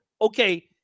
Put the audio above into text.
Okay